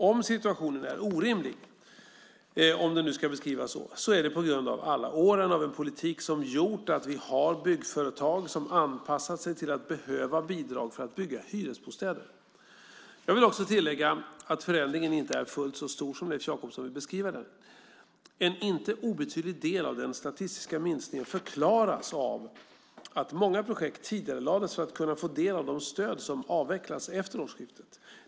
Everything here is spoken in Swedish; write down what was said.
Om situationen är orimlig - om den nu ska beskrivas så - är det på grund av alla åren med en politik som har gjort att vi har byggföretag som har anpassat sig till att behöva bidrag för att bygga hyresbostäder. Jag vill också tillägga att förändringen inte är fullt så stor som Leif Jakobsson vill beskriva den. En inte obetydlig del av den statistiska minskningen förklaras av att många projekt tidigarelades för att kunna få del av de stöd som avvecklats efter årsskiftet.